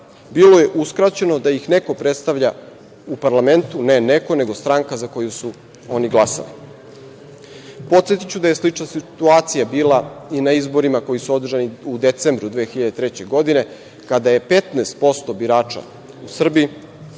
bilo je uskraćeno da ih neko predstavlja u parlamentu. Ne neko, nego stranka za koju su oni glasali. Podsetiću da je slična situacija bila i na izborima koji su održani u decembru 2003. godine kada je 15% birača u Srbiji